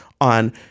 on